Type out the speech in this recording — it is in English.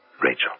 Rachel